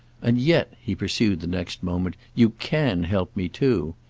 and yet, he pursued the next moment, you can help me too.